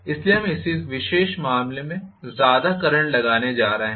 इसलिए हम इस मामले में ज़्यादा करंट लगाने जा रहे हैं